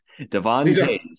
Devontae